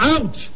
Out